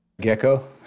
Gecko